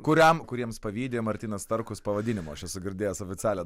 kuriam kuriems pavydi martynas starkus pavadinimo aš esu girdėjęs oficialią